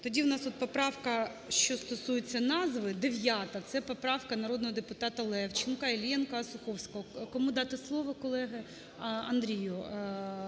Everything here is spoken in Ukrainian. Тоді в нас от поправка, що стосується назви, 9-а. Це поправка народного депутата Левченка, Іллєнка, Осуховського. Кому дати слово, колеги? Андрію